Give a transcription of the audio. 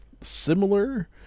similar